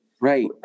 Right